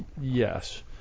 Yes